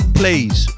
please